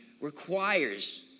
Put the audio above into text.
requires